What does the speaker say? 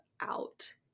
out